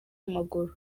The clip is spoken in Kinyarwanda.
w’amaguru